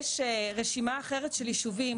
יש רשימה אחרת של ישובים